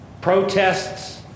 protests